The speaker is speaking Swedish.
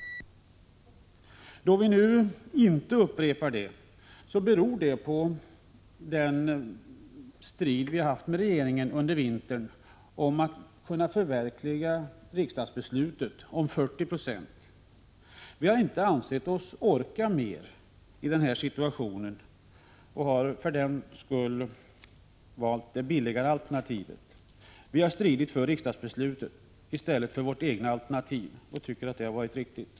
Att vi i år inte har samma uppfattning beror på den strid som vi har haft med regeringen under vintern om att kunna förverkliga riksdagsbeslutet om 40 96. Vi har inte ansett oss orka mer i denna situation. Av den anledningen har vi valt det billigare alternativet. Vi har stridit för riksdagsbeslutet i stället för vårt eget alternativ. Vi tycker att det har varit riktigt.